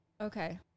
Okay